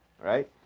Right